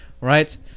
right